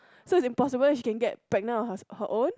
so it's impossible she can get pregnant on hers her own